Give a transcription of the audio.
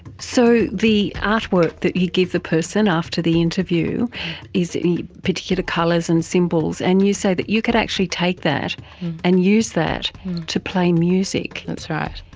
so the artwork that you give the person, after the interview is in particular colours and symbols, and you say that you could actually take that and use that to play music. that's right.